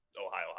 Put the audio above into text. Ohio